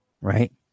right